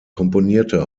komponierte